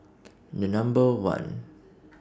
The Number one